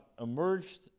emerged